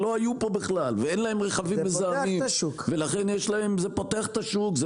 שלא היו פה בכלל ואין להם רכבים מזהמים ולכן זה פותח את השוק.